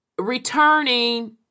returning